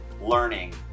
learning